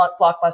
blockbuster